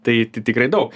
tai tai tikrai daug